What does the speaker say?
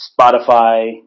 Spotify